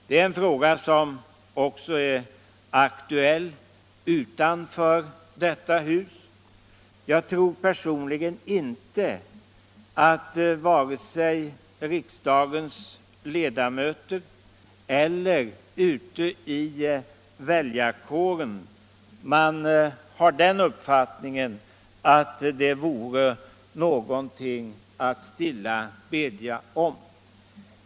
Det är en fråga som också är aktuell utanför detta hus. Jag tror personligen inte att vare sig riksdagens ledamöter eller väljarkåren har den uppfattningen att nyval vore någonting att stilla bedja om.